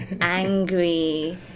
angry